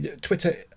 twitter